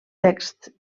texts